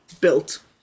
Built